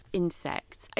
insects